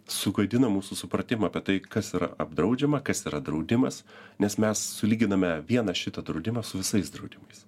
suklaidina mūsų supratimą apie tai kas yra apdraudžiama kas yra draudimas nes mes sulyginame vieną šitą draudimą su visais draudimais